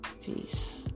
Peace